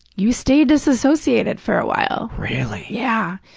you stay disassociated for a while. really? yeah.